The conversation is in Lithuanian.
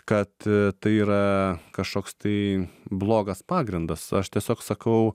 kad tai yra kažkoks tai blogas pagrindas aš tiesiog sakau